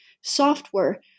software